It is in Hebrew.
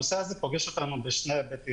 פוגש אותנו בשני היבטים,